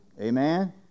amen